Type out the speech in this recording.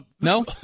No